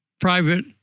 private